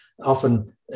often